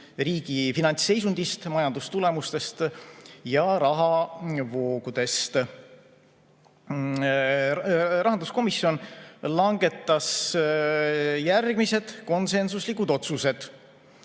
riigi finantsseisundist, majandustulemustest ja rahavoogudest. Rahanduskomisjon langetas järgmised konsensuslikud otsused: